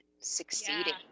succeeding